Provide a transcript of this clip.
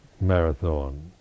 marathon